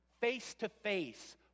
face-to-face